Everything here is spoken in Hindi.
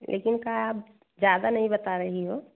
लेकिन क्या आप ज़्यादा नहीं बता रही हो